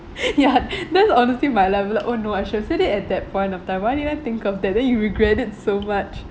ya that's honestly my level oh no I should have said it at that point of time why didn't I think of that then you regret it so much